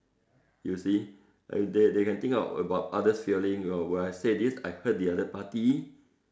you see they they can think of about others feelings oh when I said this I hurt the other party